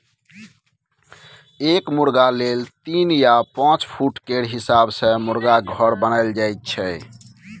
एक मुरगा लेल तीन या पाँच फुट केर हिसाब सँ मुरगाक घर बनाएल जाइ छै